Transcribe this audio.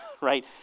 right